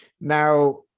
now